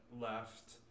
left